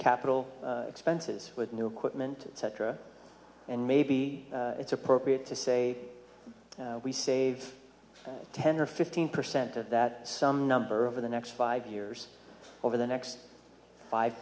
capital expenses with new equipment etc and maybe it's appropriate to say we save ten or fifteen percent of that some number over the next five years over the next five